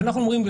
אנחנו אומרים,